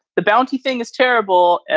the bounty thing is terrible.